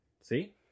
See